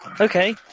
Okay